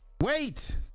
Wait